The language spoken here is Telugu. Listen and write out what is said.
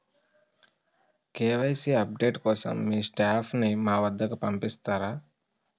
కే.వై.సీ అప్ డేట్ కోసం మీ స్టాఫ్ ని మా వద్దకు పంపిస్తారా?